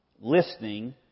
listening